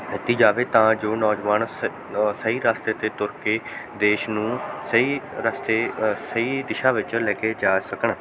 ਦਿੱਤੀ ਜਾਵੇ ਤਾਂ ਜੋ ਨੌਜਵਾਨ ਸ ਸਹੀ ਰਸਤੇ 'ਤੇ ਤੁਰ ਕੇ ਦੇਸ਼ ਨੂੰ ਸਹੀ ਰਸਤੇ ਸਹੀ ਦਿਸ਼ਾ ਵਿੱਚ ਲੈ ਕੇ ਜਾ ਸਕਣ